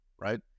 right